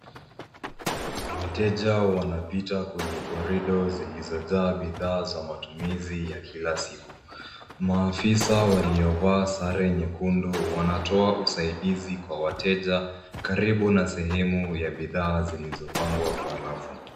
Wateja wanapita kwenye korido zilizojaa bidhaa za matumizi ya kila siku. Maafisa waliovaa sare nyekundu wanatoa usaidizi kwa wateja karibu na sehemu ya bidhaa zilizopangwa kwa rafu.